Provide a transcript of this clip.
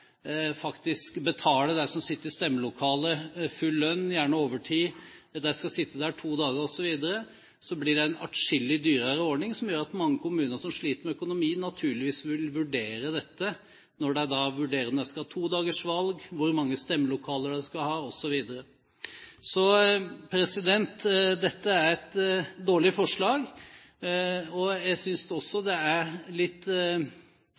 faktisk skal betale dem som sitter i stemmelokalene full lønn, gjerne overtid, at de skal sitte der to dager osv. Det blir en atskillig dyrere ordning som gjør at mange kommuner som sliter med økonomien, naturligvis vil vurdere dette når de vurderer om de skal ha to dagers valg, hvor mange stemmelokaler de skal ha, osv. Dette er et dårlig forslag. Jeg synes det er litt spesielt at regjeringen også